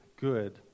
good